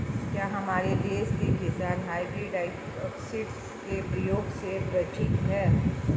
क्या हमारे देश के किसान हर्बिसाइड्स के प्रयोग से परिचित हैं?